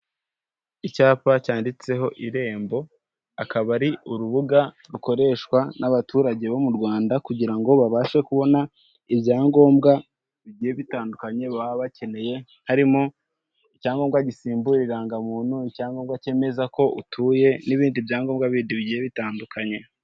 Icyapa cyanditseho irembo akaba ari urubuga rukoreshwa n'abaturage bo mu Rwanda kugira ngo babashe kubona ibyangombwa bigiye bitandukanye baba bakeneye harimo icyangombwa gisimbura irangamuntu, icyangombwa cyemeza ko utuye n'ibindi byangombwa bindi bigiye bitandukanye.